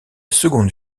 seconde